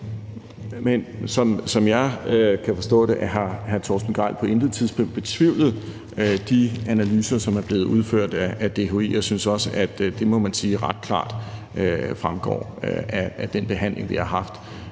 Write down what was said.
Som jeg kan forstå det, har hr. Torsten Gejl på intet tidspunkt betvivlet de analyser, som er blevet udført af DHI. Jeg synes også, at man må sige, at det ret klart fremgår af den behandling, vi har haft,